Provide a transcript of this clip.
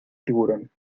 tiburón